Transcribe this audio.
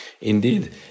Indeed